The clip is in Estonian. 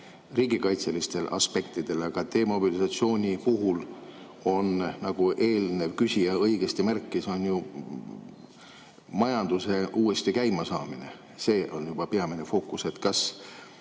riigikaitselistel aspektidel, aga demobilisatsiooni puhul on, nagu eelnev küsija õigesti märkis, majanduse uuesti käimasaamine peamine fookus. Kas